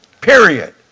period